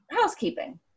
Housekeeping